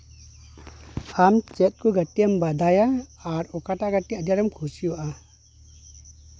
ᱟᱢ ᱪᱮᱫ ᱠᱚ ᱜᱟᱛᱮᱜ ᱮᱢ ᱵᱟᱰᱟᱭᱟ ᱟᱨ ᱚᱠᱟᱴᱟᱜ ᱜᱟᱛᱮᱜ ᱟᱹᱰᱤ ᱟᱸᱴᱮᱢ ᱠᱩᱥᱤᱭᱟᱜᱼᱟ